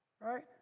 Right